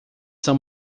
são